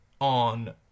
on